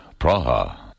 Praha